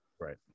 Right